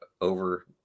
over